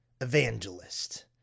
Evangelist